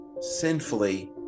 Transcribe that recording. sinfully